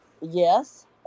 yes